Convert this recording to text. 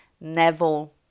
Neville